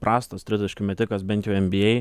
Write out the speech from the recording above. prastas tritaškių metikas bent jau nba